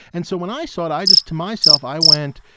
and so when i saw it, i just to myself, i went,